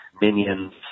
Minions